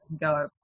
go